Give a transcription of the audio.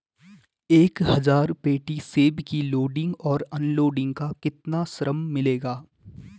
एक हज़ार पेटी सेब की लोडिंग और अनलोडिंग का कितना श्रम मिलेगा?